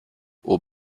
aux